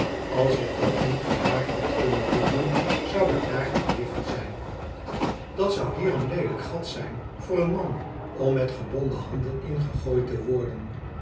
als ik dat niet gewaar had kunnen worden zou ik daar gebleven zijn dat zou hier een leelijk gat zijn voor een man om met gebonden handen in gegooid te worden